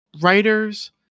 writers